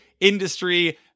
industry